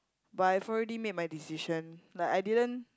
but I've already made my decision like I didn't